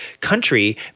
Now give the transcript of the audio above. country